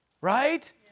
Right